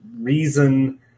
reason